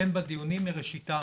אתם בדיונים מראשיתם,